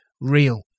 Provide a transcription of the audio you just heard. real